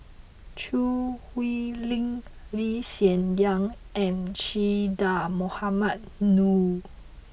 Choo Hwee Lim Lee Hsien Yang and Che Dah Mohamed Noor